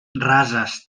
rases